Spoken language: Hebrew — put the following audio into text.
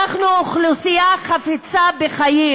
אנחנו אוכלוסייה חפצה בחיים.